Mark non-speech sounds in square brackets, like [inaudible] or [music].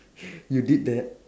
[breath] you did that